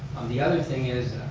the other thing is,